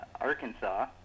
Arkansas